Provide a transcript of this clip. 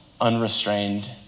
Unrestrained